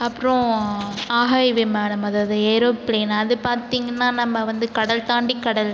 அப்புறோம் ஆகாயவிமானம் அதாவது ஏரோப்ளேன் அது பார்த்தீங்கனா நம்ப வந்து கடல் தாண்டி கடல்